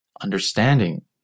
Understanding